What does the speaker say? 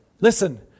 Listen